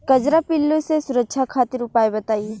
कजरा पिल्लू से सुरक्षा खातिर उपाय बताई?